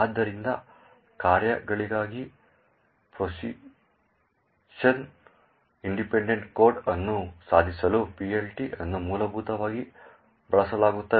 ಆದ್ದರಿಂದ ಕಾರ್ಯಗಳಿಗಾಗಿ position independent code ಅನ್ನು ಸಾಧಿಸಲು PLT ಅನ್ನು ಮೂಲಭೂತವಾಗಿ ಬಳಸಲಾಗುತ್ತದೆ